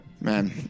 man